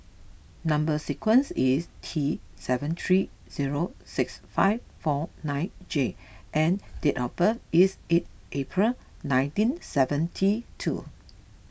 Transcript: Number Sequence is T seven three zero six five four nine J and date of birth is eight April nineteen seventy two